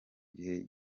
gihe